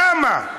למה?